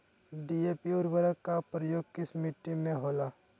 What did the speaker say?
DAP उर्वरक का प्रयोग किस मिट्टी में होला?